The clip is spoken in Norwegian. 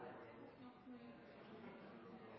året med en